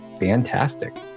fantastic